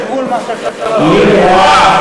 מי בעד?